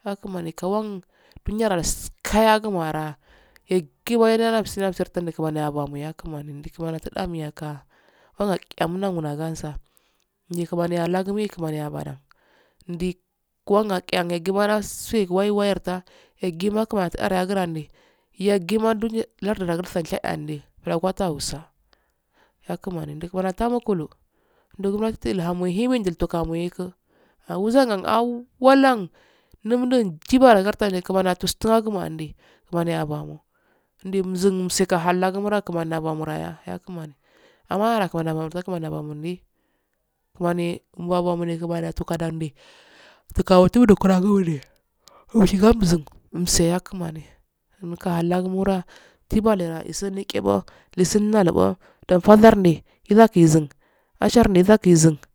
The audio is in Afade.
yakimani kawanyira kayagumo'ara yaggimadasagu shartagundi kimaniyaba mayakamani ndi yakamani akul amiyaka lunyalayamalansa ndi kimaniya lansa kimaniya ndi gon'akiya yaggima ndasuyegi wai wayarda yaggima kamaniya atuayargundi yaggimanduniya lardu da shadiyandi laguato wusa yakimani atamakulu ndi gumanti elhamo limitimohiki awuzan awwalon nunungibalngirdi kimani atustu agumo'andi kimani aban ndimzun mikahdagun'a kimaniya abamo raya yakimani amanaro kimani amanogi yakimani amamondi kimani amamondi kimani'andi wuta kuwandi wushingamzun yakimani mkahalaguran tiballeda yisundiqebbo yisundakebo ndefardendo, yidazun asharde yidalanzun ahh.